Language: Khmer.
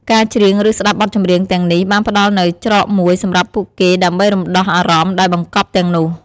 ការច្រៀង ឬស្តាប់បទចម្រៀងទាំងនេះបានផ្តល់នូវ ច្រកមួយ សម្រាប់ពួកគេដើម្បីរំដោះអារម្មណ៍ដែលបង្កប់ទាំងនោះ។